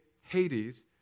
Hades